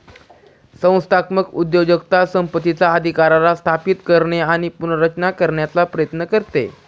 संस्थात्मक उद्योजकता संपत्तीचा अधिकाराला स्थापित करणे आणि पुनर्रचना करण्याचा प्रयत्न करते